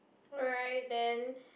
alright then